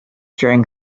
during